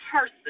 person